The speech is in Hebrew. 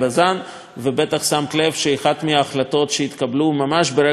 ובטח שמת לב שאחת ההחלטות שהתקבלו ממש ברגע האחרון,